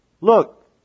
Look